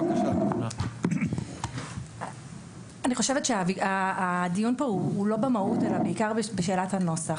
אני חושבת שהדיון כאן הוא לא במהות אלא בעיקר בשאלת הנוסח.